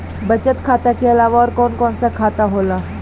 बचत खाता कि अलावा और कौन कौन सा खाता होला?